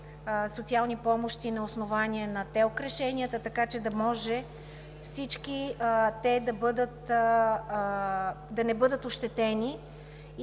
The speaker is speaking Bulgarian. социални помощи на основание на ТЕЛК решенията, така че да може всички те да не бъдат ощетени